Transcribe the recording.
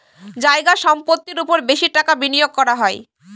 জায়গা সম্পত্তির ওপর বেশি টাকা বিনিয়োগ করা হয়